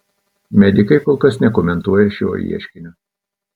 medikai kol kas nekomentuoja šio ieškinio